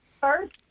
first